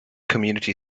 community